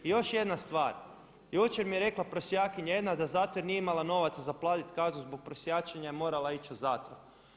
I još jedna stvar, jučer mi je rekla prosjakinja jedna da zato jer nije imala novaca za platiti kaznu zbog prosjačenja je morala ići u zatvor.